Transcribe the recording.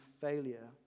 failure